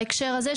בהקשר הזה,